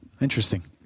Interesting